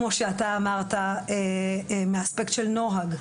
שכמו שאתה אמרת מהאספקט של נוהג.